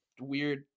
weird